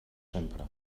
sempre